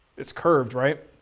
it's curved, right?